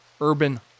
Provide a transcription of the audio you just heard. urban